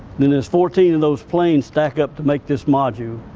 then there's fourteen of those planes stack up to make this module.